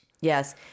Yes